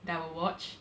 that I will watch